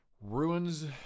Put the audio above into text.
ruins